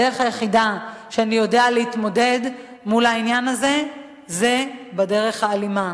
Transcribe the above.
הדרך היחידה שאני יודע להתמודד מול העניין הזה היא בדרך האלימה.